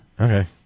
Okay